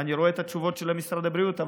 אני רואה את התשובות של משרד הבריאות,